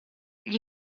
gli